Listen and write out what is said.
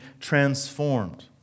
transformed